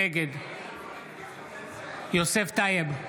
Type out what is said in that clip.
נגד יוסף טייב,